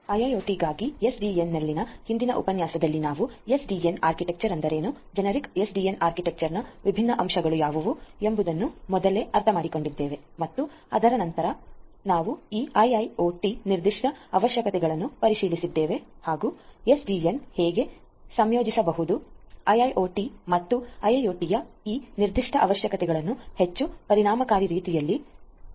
ಐಐಒಟಿIIoTಗಾಗಿ SDNನಲ್ಲಿನ ಹಿಂದಿನ ಉಪನ್ಯಾಸದಲ್ಲಿ ನಾವು ಎಸ್ಡಿಎನ್SDN ಆರ್ಕಿಟೆಕ್ಚರ್ ಎಂದರೇನು ಜೆನೆರಿಕ್ ಎಸ್ಡಿಎನ್ ಆರ್ಕಿಟೆಕ್ಚರ್ನ ವಿಭಿನ್ನ ಅಂಶಗಳು ಯಾವುವು ಎಂಬುದನ್ನು ನಾವು ಮೊದಲು ಅರ್ಥಮಾಡಿಕೊಂಡಿದ್ದೇವೆ ಮತ್ತು ಅದರ ನಂತರ ನಾವು ಈ ಐಐಒಟಿIIoT ನಿರ್ದಿಷ್ಟ ಅವಶ್ಯಕತೆಗಳನ್ನು ಪರಿಶೀಲಿಸಿದ್ದೇವೆ ಮತ್ತು ಎಸ್ಡಿಎನ್ ಹೇಗೆ ಸಂಯೋಜಿಸಬಹುದು IIoT ಮತ್ತು IIoT ಯ ಈ ನಿರ್ದಿಷ್ಟ ಅವಶ್ಯಕತೆಗಳನ್ನು ಹೆಚ್ಚು ಪರಿಣಾಮಕಾರಿ ರೀತಿಯಲ್ಲಿ ಪೂರೈಸುವುದು